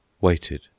Waited